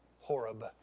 Horeb